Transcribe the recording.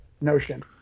notion